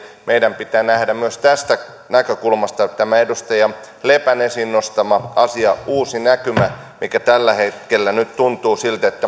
meidän pitää nähdä myös tästä näkökulmasta tämä edustaja lepän esiin nostama asia uusi näkymä mikä tällä hetkellä nyt tuntuu